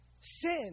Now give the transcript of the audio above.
sin